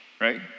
right